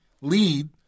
lead